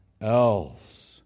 else